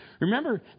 Remember